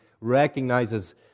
recognizes